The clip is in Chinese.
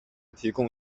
提供